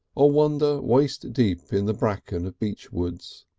or wander waist deep in the bracken of beech woods.